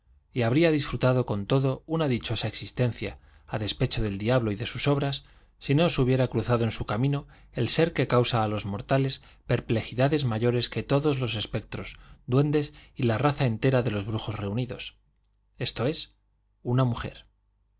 y habría disfrutado con todo una dichosa existencia a despecho del diablo y de sus obras si no se hubiera cruzado en su camino el ser que causa a los mortales perplejidades mayores que todos los espectros duendes y la raza entera de los brujos reunidos esto es una mujer